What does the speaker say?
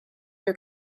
your